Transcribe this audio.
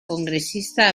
congresista